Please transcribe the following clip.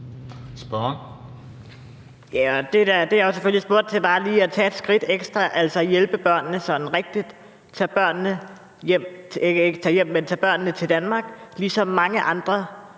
Det, jeg selvfølgelig spurgte til, var det om lige at tage et skridt ekstra, altså hjælpe børnene sådan rigtigt og tage dem til Danmark – og gøre, ligesom mange andre